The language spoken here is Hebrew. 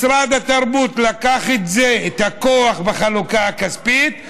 משרד התרבות לקח את כוח החלוקה הכספית,